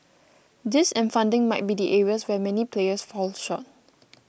this and funding might be the areas where many players fall short